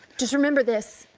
just remember this.